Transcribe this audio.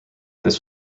this